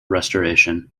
restoration